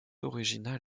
originales